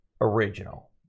original